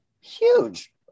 Huge